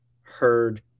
heard